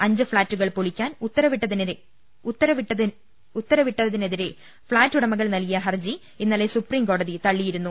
അഞ്ചു ഫ്ളാറ്റുകൾ പൊളിക്കാൻ ഉത്തരവിട്ടതിനെതിരെ ഫ്ളാറ്റ് ഉടമകൾ നൽകിയ ഹർജി ഇന്നലെ സുപ്രീംകോടതി തള്ളിയിരുന്നു